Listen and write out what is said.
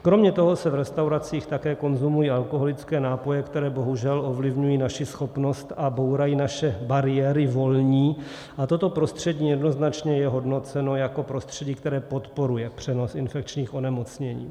Kromě toho se v restauracích také konzumují alkoholické nápoje, které bohužel ovlivňují naši schopnost a bourají naše volní bariéry, a toto prostředí jednoznačně je hodnoceno jako prostředí, které podporuje přenos infekčních onemocnění.